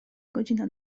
godzina